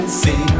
see